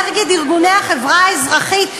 נגד ארגוני החברה האזרחית,